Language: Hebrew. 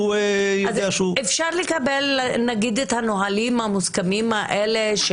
שהוא יודע שהוא --- אז אפשר לקבל את הנהלים המוסכמים האלה,